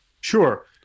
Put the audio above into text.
Sure